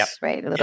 right